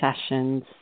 sessions